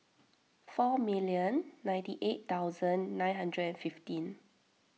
four million ninety eight thousand nine hundred and fifteen